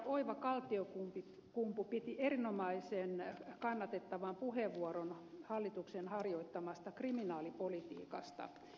oiva kaltiokumpu piti erinomaisen kannatettavan puheenvuoron hallituksen harjoittamasta kriminaalipolitiikasta